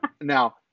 now